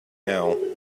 now